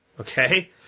okay